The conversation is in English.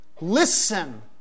listen